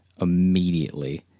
immediately